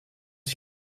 ich